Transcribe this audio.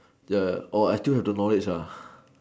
ya orh I still have the knowledge lah